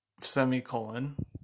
semicolon